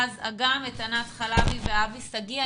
אחז אגם, ענת חלבי ואבי שגיא.